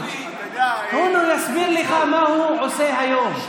הוא יסביר לך מה הוא עושה היום.